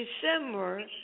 December